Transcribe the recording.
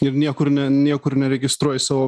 ir niekur niekur neregistruoji savo